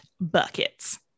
buckets